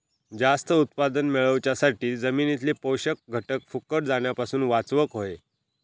जास्त उत्पादन मेळवच्यासाठी जमिनीतले पोषक घटक फुकट जाण्यापासून वाचवक होये